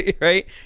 Right